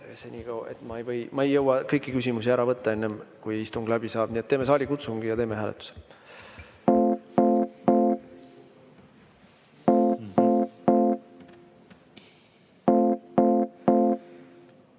Ma ei jõua kõiki küsimusi ette võtta, enne kui istung läbi saab, nii et teeme saalikutsungi ja teeme hääletuse.